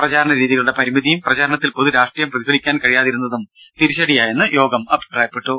പ്രചാരണ രീതികളുടെ പരിമിതിയും പ്രചാരണത്തിൽ പൊതു രാഷ്ട്രീയം പ്രതിഫലിപ്പിക്കാൻ കഴിയാതിരുന്നതും തിരിച്ചടിയായെന്ന് യോഗം അഭിപ്രായപ്പെട്ടു